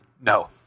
No